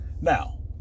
now